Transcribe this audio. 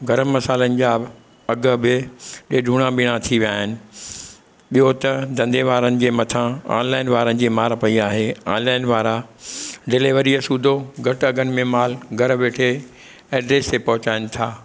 गरमु मसाल्हनि जा बि अघु बि ॾेढुणा ॿीणा थी विया आहिनि ॿियो त धंधे वारनि जे मथां ओनलाइन वारनि जी मार पइ आहे ओनलाइन वारा डिलिवरीअ सूधो घटि अघनि में मालु घर वेठे एड्रेस ते पहुचाइनि था